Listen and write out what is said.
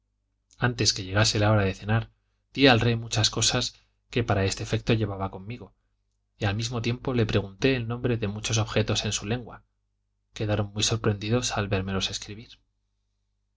antes que llegase la hora de cenar di al rey muchas cosas que para este efecto llevaba conmigo y al mismo tiempo le pregunté el nombre de muchos objetos en su lengua quedaron muy sorprendidos al vérmelos escribir